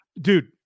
dude